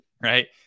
right